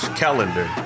calendar